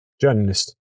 Journalist